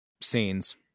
scenes